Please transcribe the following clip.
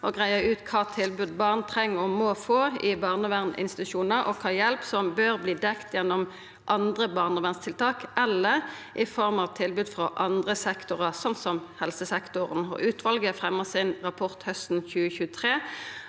å greia ut kva tilbod barn treng og må få i barnevernsinstitusjonar, og kva hjelp som bør verta dekt gjennom andre barnevernstiltak eller i form av tilbod frå andre sektorar, som helsesektoren. Utvalet fremja sin rapport hausten 2023.